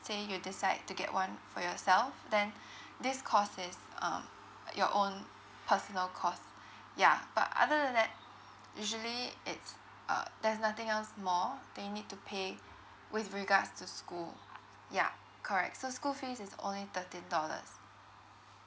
say you decide to get one for yourself then this cost is um your own personal cost ya but other than that usually it's uh there's nothing else more they need to pay with regards to school ya correct so school fees is only thirteen dollars